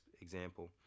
example